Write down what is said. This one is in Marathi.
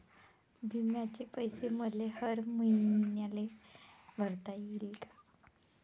बिम्याचे पैसे मले हर मईन्याले भरता येईन का?